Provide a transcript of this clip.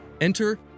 Enter